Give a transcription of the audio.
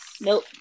Nope